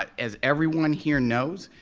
as everyone here knows,